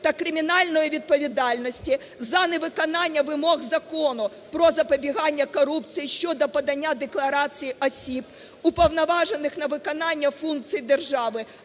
та кримінальної відповідальності за невиконання вимог Закону "Про запобігання корупції" щодо подання декларації осіб, уповноважених на виконання функцій держави